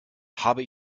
habe